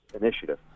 initiative